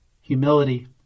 humility